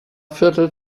viertel